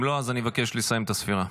אם לא, אני אבקש לסיים את הספירה.